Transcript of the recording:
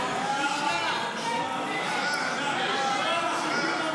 הצעת חוק הרשויות המקומיות (בחירות)